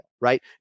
right